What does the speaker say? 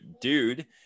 dude